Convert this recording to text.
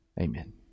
Amen